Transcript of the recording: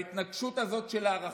בהתנגשות הזאת של הערכים,